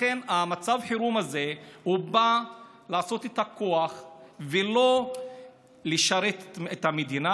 מצב החירום הזה בא להשתמש בכוח ולא לשרת את המדינה.